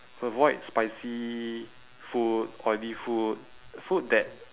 avoid spicy food oily food food that